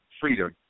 Freedom